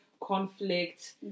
conflict